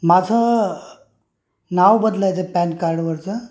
माझं नाव बदलायचं पॅन कार्डवरचं